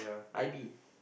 I_B